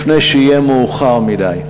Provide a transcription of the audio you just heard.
לפני שיהיה מאוחר מדי.